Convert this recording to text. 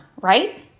right